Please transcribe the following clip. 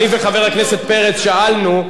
אני וחבר הכנסת פרץ שאלנו,